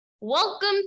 Welcome